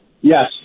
Yes